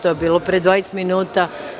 To je bilo pre 20 minuta.